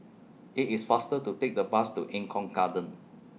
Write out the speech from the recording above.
IT IS faster to Take The Bus to Eng Kong Garden